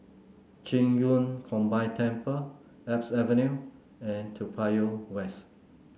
Qing Yun Combined Temple Alps Avenue and Toa Payoh West